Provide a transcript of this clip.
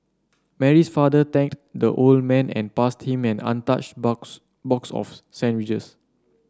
Mary's father thanked the old man and passed him an untouched box box of sandwiches